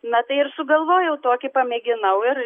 na tai ir sugalvojau tokį pamėginau ir